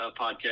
podcast